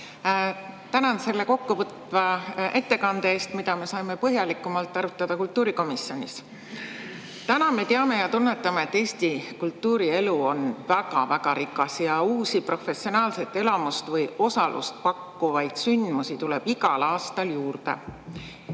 Tänan selle kokkuvõtva ettekande eest, mida me saime põhjalikumalt arutada kultuurikomisjonis. Täna me teame ja tunnetame, et Eesti kultuurielu on väga-väga rikas, uusi professionaalset elamust või osalust pakkuvaid sündmusi tuleb igal aastal juurde.